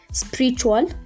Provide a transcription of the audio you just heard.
spiritual